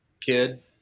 kid